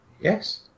Yes